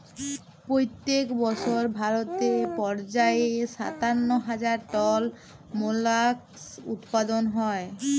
পইত্তেক বসর ভারতে পর্যায়ে সাত্তান্ন হাজার টল মোলাস্কাস উৎপাদল হ্যয়